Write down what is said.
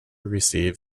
received